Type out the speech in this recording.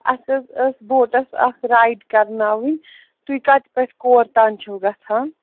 اَسہِ حظ ٲس بوٹَس اَکھ رایڈ کرناوٕنۍ تُہی کَتہِ پٮ۪ٹھٕ کور تام چھُو گژھان